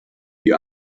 die